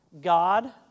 God